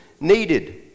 needed